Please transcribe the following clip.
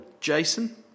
Jason